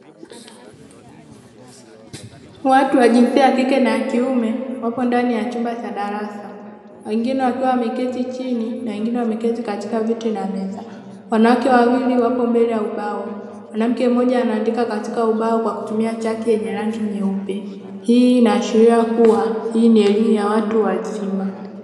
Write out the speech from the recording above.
Watu wa jinsia ya kike na ya kiume wapo ndani ya chumba cha darasa, wengine wakiwa wameketi chini na wengine wameketi katika viti na meza. Wanawake wawili wapo mbele ya ubao, mwanamke mmoja anaandika katika ubao kwa kutumia chaki yenye rangi nyeupe. Hii inaashiria kuwa hii ni elimu ya watu wazima.